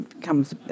comes